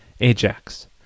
Ajax